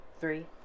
Three